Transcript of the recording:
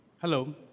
Hello